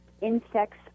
insects